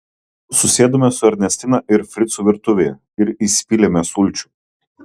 susėdome su ernestina ir fricu virtuvėje ir įsipylėme sulčių